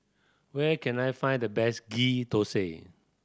where can I find the best Ghee Thosai